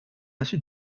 ainsi